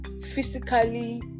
physically